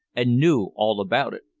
and knew all about it.